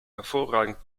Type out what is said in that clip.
hervorragend